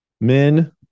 men